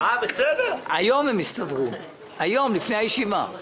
לפני הישיבה.